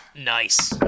Nice